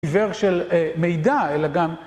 עיוור של מידע, אלא גם